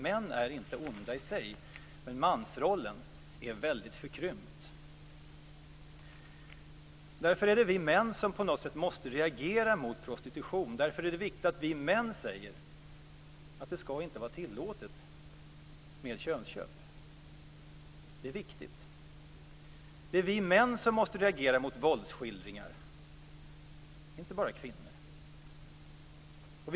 Män är inte onda i sig, men mansrollen är väldigt förkrympt. Därför är det vi män som på något sätt måste reagera mot prostitution. Därför är det viktigt att vi män säger att det inte skall vara tillåtet med könsköp. Det är vi män som måste reagera mot våldsskildringar, inte bara kvinnor.